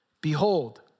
Behold